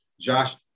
Josh